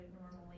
normally